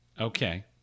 Okay